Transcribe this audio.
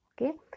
okay